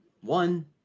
One